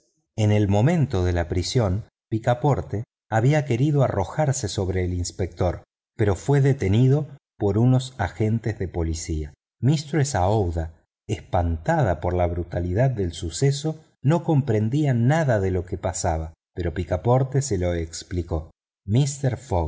en el momento de la prisión picaporte había querido arrojarse sobre el inspector pero fue detenido por unos agentes de policía mistress aouida espantada por la brutalidad del suceso no comprendía nada de lo que pasaba pero picaporte se lo explicó mister